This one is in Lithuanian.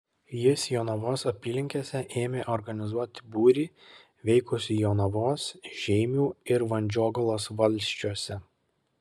jis jonavos apylinkėse ėmė organizuoti būrį veikusį jonavos žeimių ir vandžiogalos valsčiuose